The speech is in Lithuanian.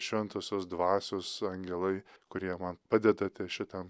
šventosios dvasios angelai kurie man padedate šitam